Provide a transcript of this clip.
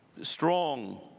strong